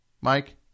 Mike